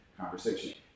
conversation